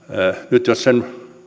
jos sen